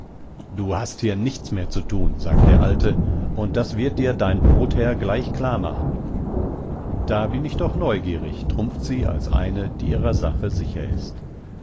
du hast hier nichts mehr zu tun sagt der alte und das wird dir dein brotherr gleich klarmachen da bin ich doch neugierig trumpft sie als eine die ihrer sache sicher ist